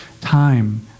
Time